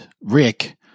Rick